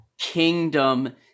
Kingdom